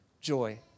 joy